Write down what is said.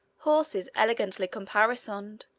horses elegantly caparisoned,